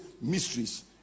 mysteries